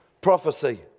prophecy